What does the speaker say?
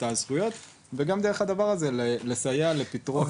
הזכויות וגם דרך הדבר הזה לסייע לפתרון